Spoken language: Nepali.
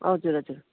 हजुर हजुर